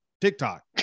TikTok